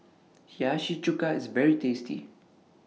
Hiyashi Chuka IS very tasty